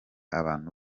abantu